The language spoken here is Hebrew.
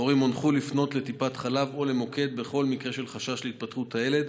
ההורים הונחו לפנות לטיפת חלב או למוקד בכל מקרה של חשש להתפתחות הילד.